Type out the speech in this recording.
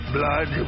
Blood